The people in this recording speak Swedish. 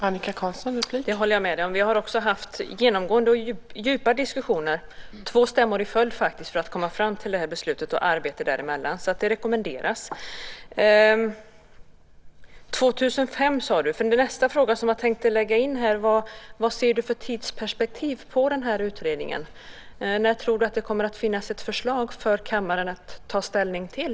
Fru talman! Det håller jag med om. Vi har också haft genomgående och djupa diskussioner på två stämmor i följd och arbete däremellan för att komma fram till det här beslutet. Det rekommenderas. Marianne Carlström nämnde år 2005. Nästa fråga som jag tänker ställa är: Vilket tidsperspektiv ser Marianne Carlström när det gäller den här utredningen? När tror hon att det kommer att finnas ett förslag för kammaren att ta ställning till?